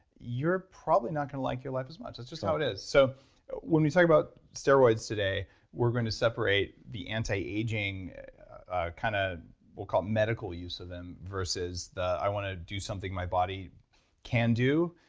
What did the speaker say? you're probably not going to like your life as much. that's just how it is, so when we talk about steroids today we're going to separate the anti-aging kind of we'll call it medical use of them versus the i want to do something my body can do.